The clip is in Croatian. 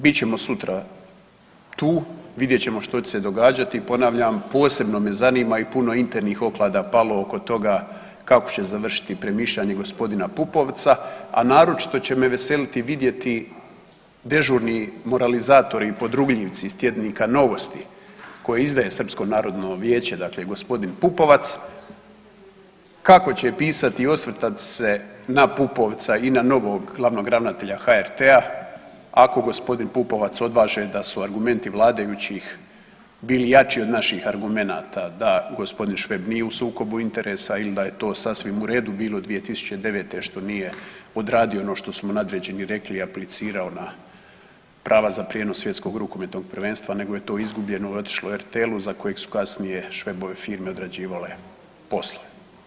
Bit ćemo sutra tu, vidjet ćemo što će se događati i ponavljam, posebno me zanima i puno je internih oklada palo oko toga kako će završiti premišljanje g. Pupovca, a naročito će me veseliti i vidjeti dežurni moralizatori i podrugljivci iz tjednika „Novosti“ koje izdaje Srpsko narodno vijeće, dakle g. Pupovac, kako će pisati i osvrtati se na Pupovca i na novog glavnog ravnatelja HRT-a ako g. Pupovac odvaže da su argumenti vladajućih bili jači od naših argumenata da g. Šveb nije u sukobu interesa ili da je to sasvim u redu bilo 2009. što nije odradio ono što su mu nadređeni rekli i aplicirao na prava za prijenos svjetskog rukometnog prvenstva nego je to izgubljeno i otišlo RTL-u za kojeg su kasnije Švebove firme određivale poslove.